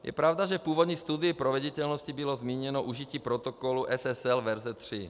Je pravda, že v původní studii proveditelnosti bylo zmíněno užití protokolu SSL, verze 3.